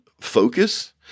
focus